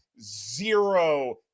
zero